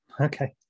okay